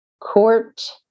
court